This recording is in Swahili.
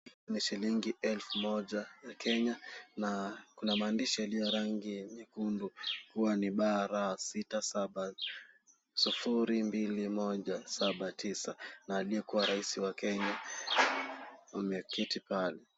Ni shilingi elfu moja ya Kenya na kunma maandishi yaliyo ya rangi ya nyekundu kuwa ni BR6702179 na aliyekuwa raisi wa Kenya ameketi pale.